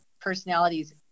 personalities